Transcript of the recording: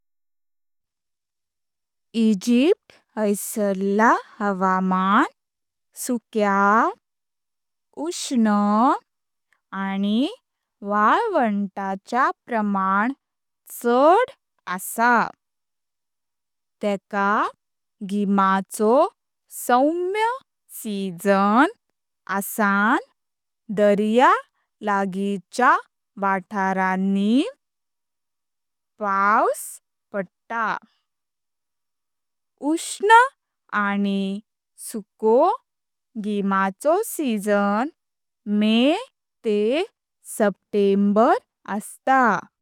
ईजिप्त हायसरला हवामान सुक्या, उष्ण आनी वालवंताच्या प्रमाण चड असा, तेका गीमाचो सौम्य सिजन आसन दर्या लागिच्या वातावरणी पावस पाडता। उष्ण आनी सुको गीमाचो सिजन (मे तेह सेपटेंबर) आस्ता।